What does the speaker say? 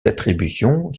attributions